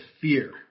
fear